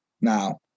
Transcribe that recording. Now